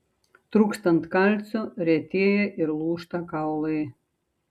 trūkstant kalcio retėja ir lūžta kaulai